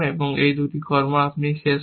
এই দুটি কর্ম আপনি শেষ হবে